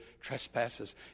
trespasses